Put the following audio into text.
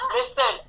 listen